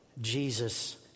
Jesus